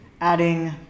adding